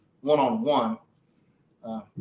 one-on-one